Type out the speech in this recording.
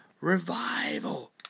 Revival